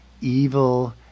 evil